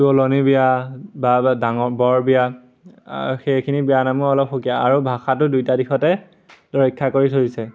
তুলনি বিয়া বা ডাঙৰ বৰ বিয়া সেইখিনি বিয়া নামো অলপ সুকীয়া আৰু ভাষাটো দুইটা দিশতে ৰক্ষা কৰি থৈছে